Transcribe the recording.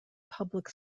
public